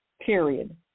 Period